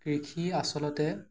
কৃষি আচলতে